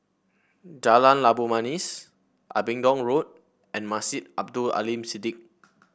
Jalan Labu Manis Abingdon Road and Masjid Abdul Aleem Siddique